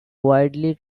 widely